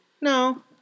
No